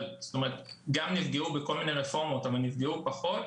גם נפגעו בכל מיני רפורמות אבל נפגעו פחות.